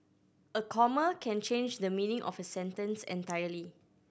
a comma can change the meaning of a sentence entirely